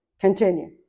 Continue